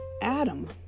adam